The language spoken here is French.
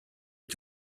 est